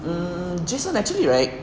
mm jason actually right